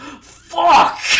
Fuck